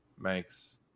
makes